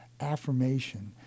affirmation